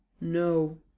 no